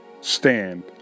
stand